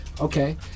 Okay